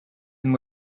and